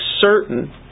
certain